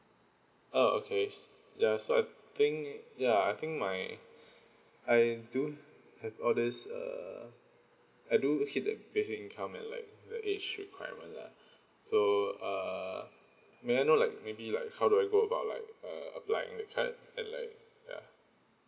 oh okay s~ ya so I think ya I think my I do have all this uh I do hit the basic income and like the age requirement lah so uh may I know like maybe like how do I go about like uh apply in website and like ya